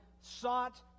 sought